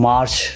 March